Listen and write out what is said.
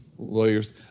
lawyers